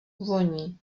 voní